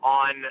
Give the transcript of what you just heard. on